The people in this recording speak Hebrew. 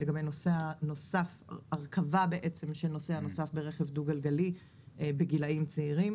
לגבי הרכבה של נוסע נוסף ברכב דו גלגלי בגילאים צעירים.